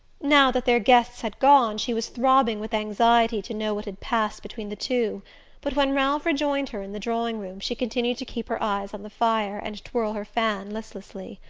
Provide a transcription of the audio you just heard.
now that their guests had gone she was throbbing with anxiety to know what had passed between the two but when ralph rejoined her in the drawing-room she continued to keep her eyes on the fire and twirl her fan listlessly.